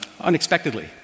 unexpectedly